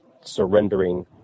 surrendering